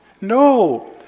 No